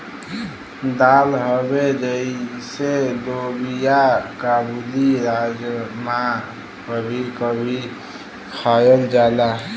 दाल हउवे जइसे लोबिआ काबुली, राजमा कभी कभी खायल जाला